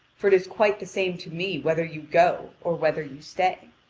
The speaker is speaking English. for it is quite the same to me whether you go or whether you stay.